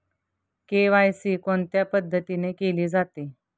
KYC कोणत्या पद्धतीने केले जाते?